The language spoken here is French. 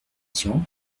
tian